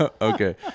okay